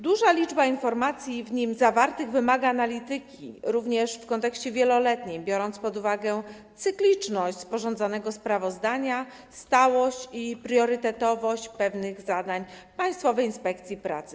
Duża liczba informacji w nim zawartych wymaga również analizy w kontekście wielu lat, biorąc pod uwagę cykliczność sporządzanego sprawozdania, stałość i priorytetowość pewnych zadań Państwowej Inspekcji Pracy.